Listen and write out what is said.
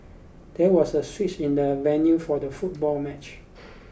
there was a switch in the venue for the football match